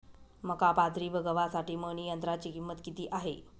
मका, बाजरी व गव्हासाठी मळणी यंत्राची किंमत किती आहे?